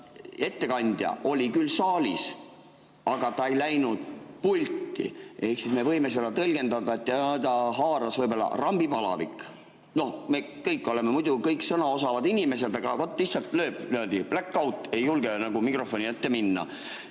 ettekandja oli küll saalis, aga ta ei läinud pulti. Me võime seda tõlgendada nii, et teda haaras võib-olla rambipalavik. Me kõik oleme muidugi sõnaosavad inimesed, aga vaat lihtsalt lööb niimoodiblackout– ei julge nagu mikrofoni ette minna.